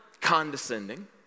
condescending